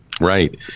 Right